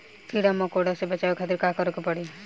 कीड़ा मकोड़ा से बचावे खातिर का करे के पड़ी?